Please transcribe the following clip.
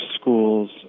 schools